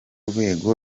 rwego